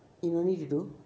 you no need to do